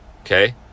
okay